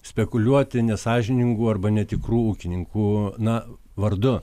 spekuliuoti nesąžiningų arba netikrų ūkininkų na vardu